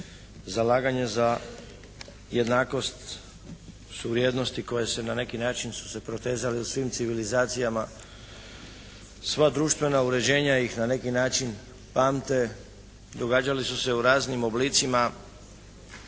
zalaganje za jednakost su vrijednosti koje su na neki način su se protezale u svim civilizacijama, sva društvena uređenja ih na neki način pamte, događali su se u raznim oblicima